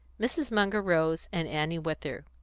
mrs. munger rose, and annie with her.